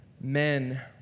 men